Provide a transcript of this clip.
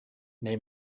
neu